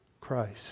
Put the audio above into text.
Christ